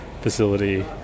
facility